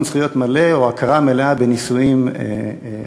זכויות מלא או הכרה מלאה בנישואים חד-מיניים?